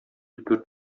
дүрт